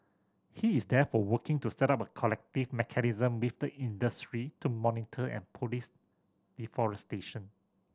he is therefore working to set up a collective mechanism with the industry to monitor and police deforestation